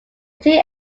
tee